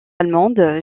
allemande